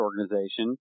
organization